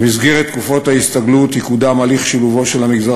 במסגרת תקופות ההסתגלות יקודם הליך שילובו של המגזר